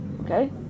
Okay